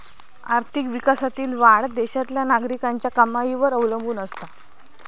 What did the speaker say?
आर्थिक विकासातील वाढ देशातल्या नागरिकांच्या कमाईवर अवलंबून असता